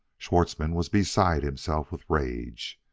schwartzmann was beside himself with rage.